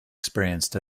experienced